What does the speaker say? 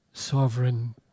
sovereign